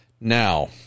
Now